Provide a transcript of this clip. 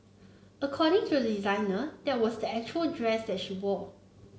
according to the designer that was the actual dress that she wore